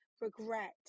regret